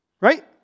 right